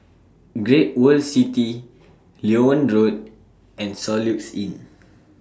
Great World City Loewen Road and Soluxe Inn